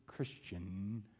christian